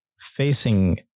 facing